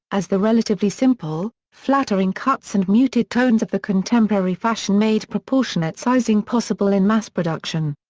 as the relatively simple, flattering cuts and muted tones of the contemporary fashion made proportionate sizing possible in mass production.